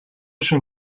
шөнө